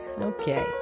Okay